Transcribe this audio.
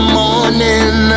morning